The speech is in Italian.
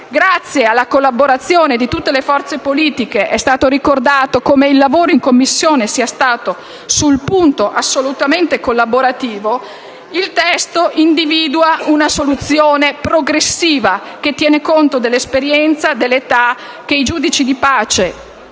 Grazie alla collaborazione di tutte le forze politiche (è stato ricordato come il lavoro in Commissione sia stato, sul punto, assolutamente collaborativo), il testo individua una soluzione progressiva, che tiene conto dell'esperienza e dell'età dei giudici di pace,